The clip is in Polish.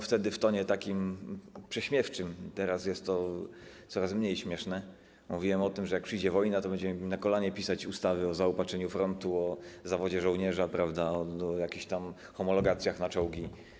Wtedy w tonie prześmiewczym, teraz jest to coraz mniej śmieszne, mówiłem o tym, że jak przyjdzie wojna, to będziemy na kolanie pisać ustawy o zaopatrzeniu frontu, o zawodzie żołnierza, o jakichś tam homologacjach na czołgi.